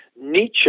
Nietzsche